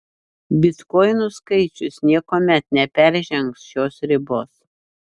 bitkoinų skaičius niekuomet neperžengs šios ribos